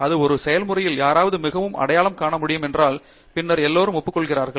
இது ஒரு செயல்முறையல்ல யாராவது மிகவும் அடையாளம் காண முடியும் என்றால் பின்னர் எல்லோரும் ஒப்புக்கொள்கிறார்கள்